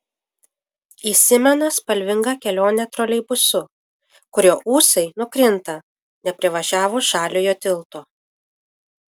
įsimena spalvinga kelionė troleibusu kurio ūsai nukrinta neprivažiavus žaliojo tilto